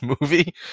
movie